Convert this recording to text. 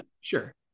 sure